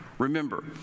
Remember